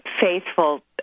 faithful